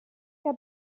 que